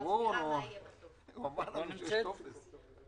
על מה שקורה ואולי גם לשים את זה על סדר-היום.